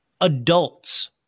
adults